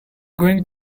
going